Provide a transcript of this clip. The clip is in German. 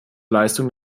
leistung